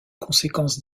conséquence